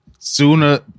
Sooner